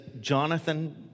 Jonathan